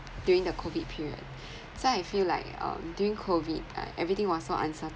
during the COVID period so I feel like um during COVID uh everything was so uncertain